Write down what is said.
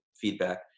feedback